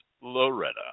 Loretta